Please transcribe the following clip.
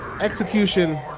Execution